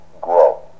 grow